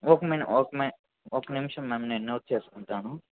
ఒక్క మిన్ ఒక్క మిన్ ఒక్క నిమిషం మ్యామ్ నేను నోట్ చేసుకుంటాను